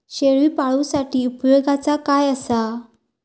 शेळीपाळूसाठी उपयोगाचा काय असा?